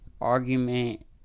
argument